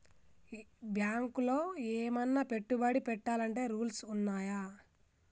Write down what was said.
బ్యాంకులో ఏమన్నా పెట్టుబడి పెట్టాలంటే రూల్స్ ఉన్నయా?